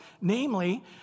namely